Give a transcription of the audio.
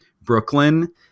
Brooklyn